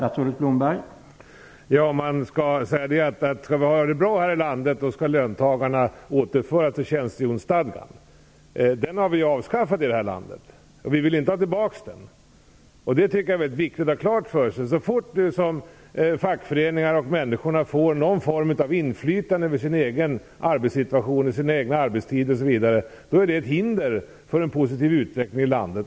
Herr talman! Ja, man kan ju säga, att för att vi skall kunna ha det bra här i landet skall löntagarna återföras till tjänstehjonsstadgan. Men den har vi avskaffat, och vi vill inte ha tillbaka den. Det tycker jag är viktigt att ha klart för sig. Så fort fackföreningar och människor får någon form av inflytande över sin egen arbetssituation, sina egna arbetstider osv. finns det de som tycker att det är ett hinder för en positiv utveckling i landet.